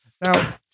Now